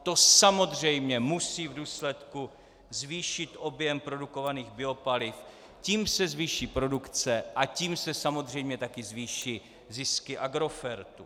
To samozřejmě musí v důsledku zvýšit objem produkovaných biopaliv, tím se zvýší produkce a tím se samozřejmě také zvýší zisky Agrofertu.